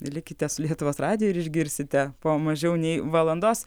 likite su lietuvos radijo ir išgirsite po mažiau nei valandos